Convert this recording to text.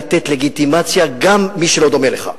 לתת לגיטימציה גם למי שלא דומה לך,